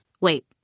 wait